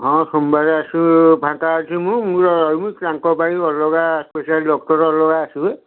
ହଁ ସୋମବାରେ ଆସିବ ଫାଙ୍କା ଅଛି ମୁଁ ମୁଁ ରହିମି ତାଙ୍କପାଇଁ ଅଲଗା ସ୍ପେସିଆଲି ଡ଼କ୍ଟର ଅଲଗା ଆସିବେ